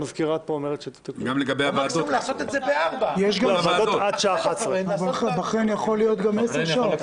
יש גם ועדות עד השעה 11:00. הדיון על בחריין יכול להיות גם עשר שעות.